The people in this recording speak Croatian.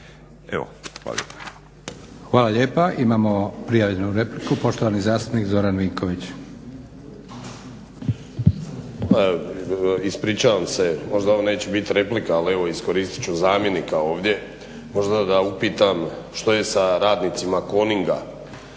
Evo hvala lijepo.